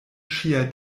ŝia